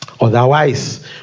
Otherwise